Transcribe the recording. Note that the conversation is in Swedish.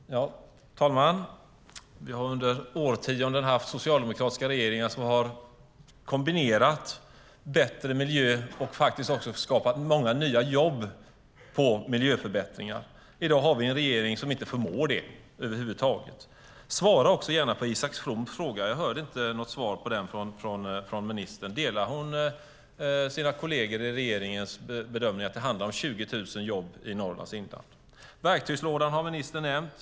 Herr talman! Vi har under årtionden haft socialdemokratiska regeringar som har kombinerat bättre miljö med att skapa många nya jobb genom miljöförbättringar. I dag har vi en regering som inte förmår det över huvud taget. Svara också gärna på Isak Froms fråga! Jag hörde inte något svar på den från ministern. Delar hon sina regeringskollegers bedömning att det handlar om 20 000 jobb i Norrlands inland? Verktygslådan har ministern nämnt.